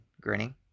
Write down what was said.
grinning